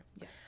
Yes